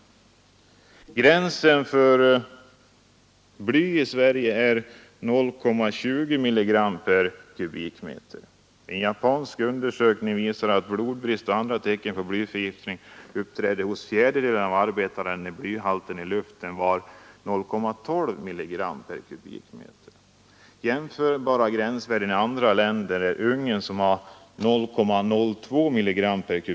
Gränsen för bly är i Sverige 0,20 mg m?. Jämförbara gränsvärden i andra länder är för Ungern 0,02 mg/m?